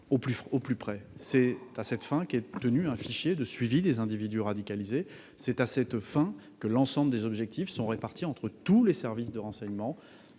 au plus près. C'est à cette fin qu'est tenu un fichier de suivi des individus radicalisés ; c'est à cette fin que les objectifs sont répartis entre tous les services de renseignement,